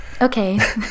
okay